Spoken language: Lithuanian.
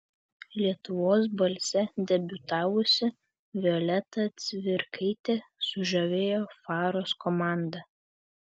lietuvos balse debiutavusi violeta cvirkaitė sužavėjo faros komandą